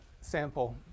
sample